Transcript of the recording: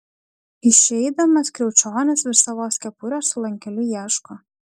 išeidamas kriaučionis vis savos kepurės su lankeliu ieško